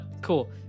Cool